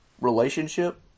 relationship